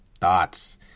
thoughts